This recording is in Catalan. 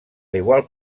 igual